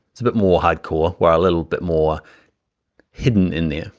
it's a bit more hardcore while a little bit more hidden in there.